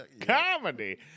Comedy